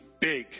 big